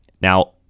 now